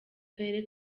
karere